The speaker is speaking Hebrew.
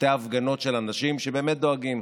שתי הפגנות של אנשים שבאמת דואגים,